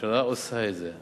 הממשלה עושה את זה.